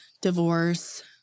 divorce